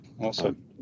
Awesome